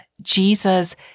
Jesus